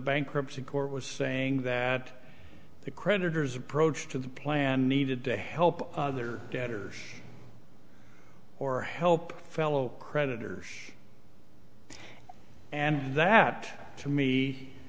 bankruptcy court was saying that the creditors approach to the plan needed to help other debtors or help fellow creditors and that to me